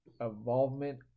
involvement